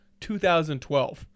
2012